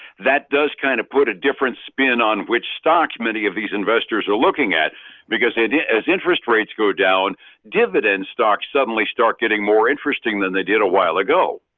that does kind of put a different spin on which stock many of these investors are looking at because they as interest rates go down dividend stocks suddenly start getting more interesting than they did a while ago.